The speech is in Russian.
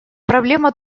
проблема